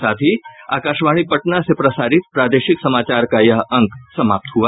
इसके साथ ही आकाशवाणी पटना से प्रसारित प्रादेशिक समाचार का ये अंक समाप्त हुआ